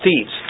thieves